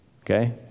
Okay